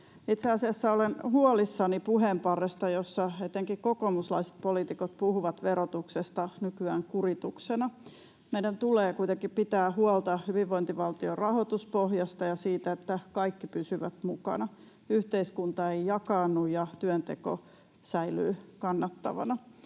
Itse asiassa olen huolissani puheenparresta, jossa etenkin kokoomuslaiset poliitikot puhuvat verotuksesta nykyään kurituksena. Meidän tulee kuitenkin pitää huolta hyvinvointivaltion rahoituspohjasta ja siitä, että kaikki pysyvät mukana, yhteiskunta ei jakaannu ja työnteko säilyy kannattavana.